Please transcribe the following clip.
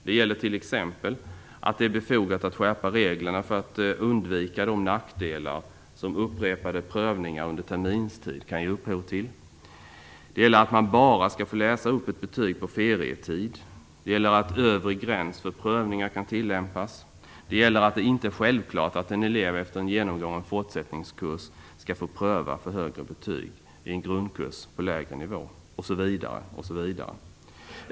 Det sägs t.ex. att det är befogat att skärpa reglerna för att undvika de nackdelar som upprepade prövningar under terminstid kan ge upphov till, att man bara skall gå läsa upp ett betyg under ferietid, att en övre gräns för prövningar kan tillämpas, att det inte är självklart att en elev efter genomgången fortsättningskurs skall få pröva för högre betyg i en grundkurs på lägre nivå osv.